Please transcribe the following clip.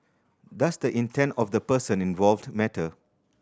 does the intent of the person involved matter